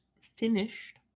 finished